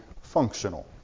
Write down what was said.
functional